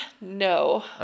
No